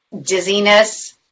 dizziness